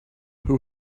who